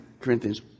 Corinthians